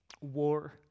War